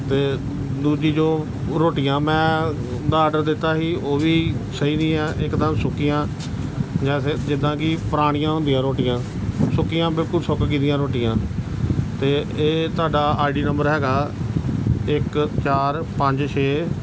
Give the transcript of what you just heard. ਅਤੇ ਦੂਜੀ ਜੋ ਰੋਟੀਆਂ ਮੈਂ ਦਾ ਆਰਡਰ ਦਿੱਤਾ ਸੀ ਉਹ ਵੀ ਸਹੀ ਨਹੀਂ ਹੈ ਇੱਕਦਮ ਸੁੱਕੀਆਂ ਜੈਸੇ ਜਿੱਦਾਂ ਕਿ ਪੁਰਾਣੀਆਂ ਹੁੰਦੀਆਂ ਰੋਟੀਆਂ ਸੁੱਕੀਆਂ ਬਿਲਕੁਲ ਸੁੱਕ ਗਈ ਦੀਆਂ ਰੋਟੀਆਂ ਅਤੇ ਇਹ ਤੁਹਾਡਾ ਆਈ ਡੀ ਨੰਬਰ ਹੈਗਾ ਇੱਕ ਚਾਰ ਪੰਜ ਛੇ